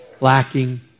lacking